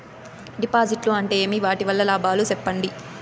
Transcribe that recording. డిపాజిట్లు అంటే ఏమి? వాటి వల్ల లాభాలు సెప్పండి?